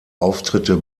auftritte